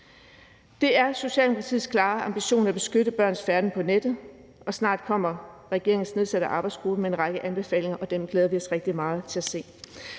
Det er Socialdemokratiets klare ambition at beskytte børns færden på nettet, og snart kommer regeringens nedsatte arbejdsgruppe med en række anbefalinger, og dem glæder vi os rigtig meget til at se.